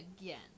Again